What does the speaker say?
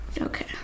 Okay